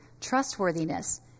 trustworthiness